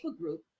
group